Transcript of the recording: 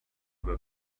were